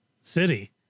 city